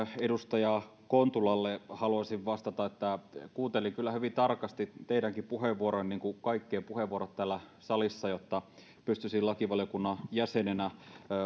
edustaja kontulalle haluaisin vastata että kuuntelin kyllä hyvin tarkasti teidänkin puheenvuoronne niin kuin kaikkien puheenvuorot täällä salissa jotta pystyisin lakivaliokunnan jäsenenä